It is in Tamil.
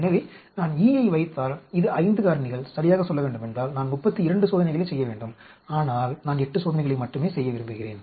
எனவே நான் E யை வைத்தால் இது 5 காரணிகள் சரியாக சொல்லவேண்டுமென்றால் நான் 32 சோதனைகளைச் செய்ய வேண்டும் ஆனால் நான் 8 சோதனைகளை மட்டுமே செய்ய விரும்புகிறேன்